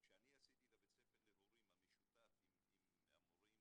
כשאני עשיתי את בית הספר להורים המשותף עם המורים